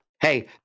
Hey